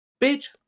Bitch